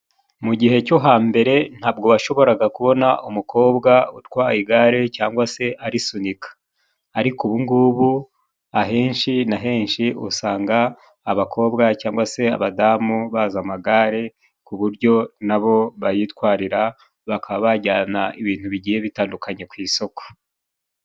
Mu gihe cyo hambere, ntabwo washoboraga kubona umukobwa utwaye igare cyangwa se arisunika. Ariko ubugubu, ahenshi na henshi usanga abakobwa cyangwa se abadamu bazi amagare ku buryo na bo bayitwarira bakaba bajyana ibintu bigiye bitandukanye ku isoko.